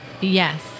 Yes